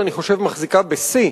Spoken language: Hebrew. אני חושב שישראל מחזיקה בשיא